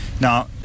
Now